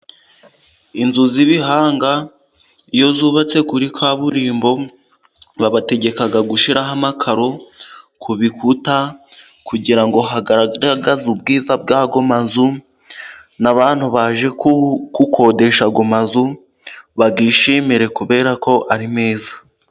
Inzu z'ibihanga iyo zubatse kuri kaburimbo babategeka gushiraho amakaro ku bikuta, kugira ngo hagaragaze ubwiza bwayo mazu, n'abantu baje gukodesha ayo mazu bayishimire kubera ko ari meza.